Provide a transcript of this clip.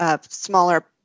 smaller